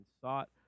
sought